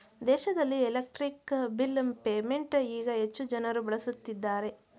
ದೇಶದಲ್ಲಿ electric bill payment ಈಗ ಹೆಚ್ಚು ಜನರು ಬಳಸುತ್ತಿದ್ದಾರೆ